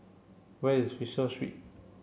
where is Fisher Street